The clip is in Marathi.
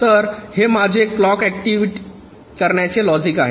तर हे माझे क्लॉक ऍक्टिव्हेट करण्याचे लॉजिक आहे